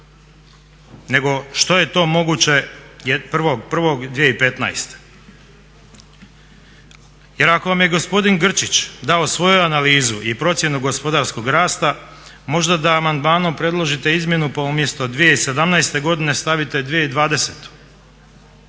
nego što je to moguće 1.1.2015.? Jer ako vam je gospodin Grčić dao svoju analizu i procjenu gospodarskog rasta možda da amandmanom predložite izmjenu, pa umjesto 2017. godine stavite 2020.